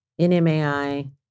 NMAI